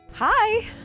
Hi